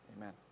Amen